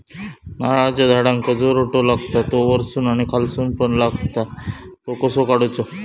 नारळाच्या झाडांका जो रोटो लागता तो वर्सून आणि खालसून पण लागता तो कसो काडूचो?